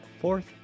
Fourth